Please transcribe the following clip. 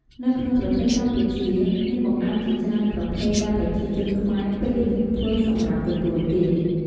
នៅក្នុងប្រទេសសកម្ពុជា មានបង្អែមជាច្រើនប្រភេទដែលប្រជាជនខ្មែរពេញនិយមធ្វើសម្រាប់ទទួលទាន។